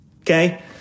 okay